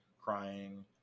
crying